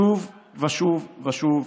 שוב ושוב ושוב,